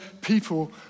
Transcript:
people